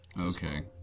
Okay